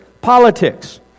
Politics